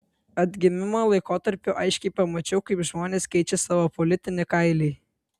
atgimimo laikotarpiu aiškiai pamačiau kaip žmonės keičia savo politinį kailį